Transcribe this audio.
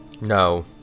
No